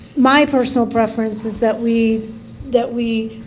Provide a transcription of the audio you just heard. my personal preference is that we that we